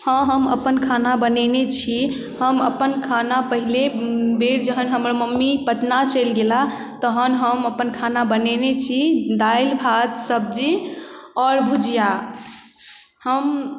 हाँ हम अपन खाना बनेने छी हम अपन खाना पहिले बेर जहन हमर मम्मी पटना चलि गेला तहन हम अपन खाना बनेने छी दालि भात सब्जी आओर भुजिया हम